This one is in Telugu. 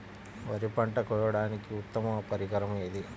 వరి పంట కోయడానికి ఉత్తమ పరికరం ఏది?